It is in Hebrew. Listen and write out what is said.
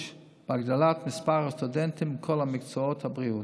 להגדלת מספר הסטודנטים בכל מקצועות הבריאות.